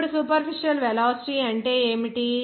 ఇప్పుడు superficial velocities అంటే ఏమిటి